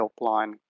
Helpline